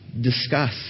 discuss